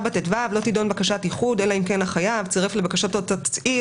74טו: לא תידון בקשת איחוד אלא אם כן החייב צירף לבקשתו תצהיר